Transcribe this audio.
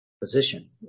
position